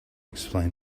explain